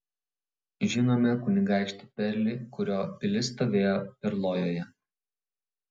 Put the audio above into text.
žinome kunigaikštį perlį kurio pilis stovėjo perlojoje